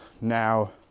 now